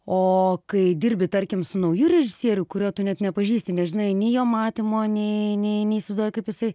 o kai dirbi tarkim su nauju režisieriu kurio tu net nepažįsti nežinai nei jo matymo nei nei neįsivaizduoji kaip jisai